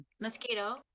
Mosquito